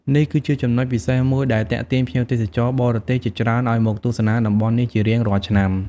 នេះគឺជាចំណុចពិសេសមួយដែលទាក់ទាញភ្ញៀវទេសចរណ៍បរទេសជាច្រើនឲ្យមកទស្សនាតំបន់នេះជារៀងរាល់ឆ្នាំ។